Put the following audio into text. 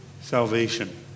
salvation